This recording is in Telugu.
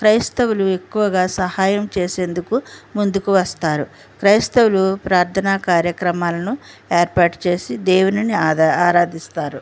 క్రైస్తవులు ఎక్కువగా సహాయం చేసేందుకు ముందుకు వస్తారు క్రైస్తవులు ప్రార్థనా కార్యక్రమాలను ఏర్పాటు చేసి దేవుని ఆరా ఆరాధిస్తారు